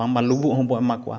ᱵᱟᱝᱢᱟ ᱞᱩᱵᱩᱜ ᱦᱚᱸᱵᱚ ᱮᱢᱟ ᱠᱚᱣᱟ